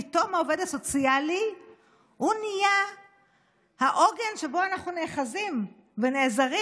פתאום העובד הסוציאלי נהיה העוגן שבו אנחנו נאחזים ונעזרים